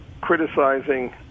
criticizing